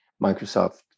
Microsoft